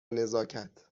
نزاکت